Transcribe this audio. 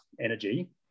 energy